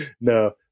no